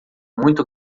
muito